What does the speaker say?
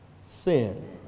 sin